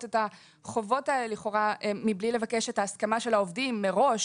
את החובות האלה מבלי לבקש את ההסכמה של העובדים מראש,